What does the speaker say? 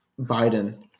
Biden